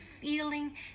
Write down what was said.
feeling